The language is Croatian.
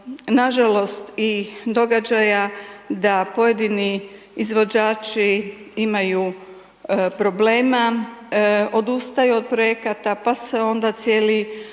nažalost i događaja da pojedini izvođači imaju problema, odustaju od projekata pa se onda cijeli